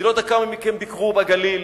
אני לא יודע כמה מכם ביקרו בגליל,